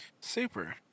Super